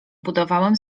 budowałem